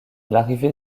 l’arrivée